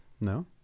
No